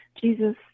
Jesus